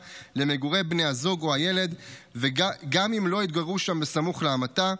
למגורי בני הזוג או הילד גם אם לא התגוררו שם סמוך להמתה,